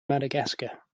madagascar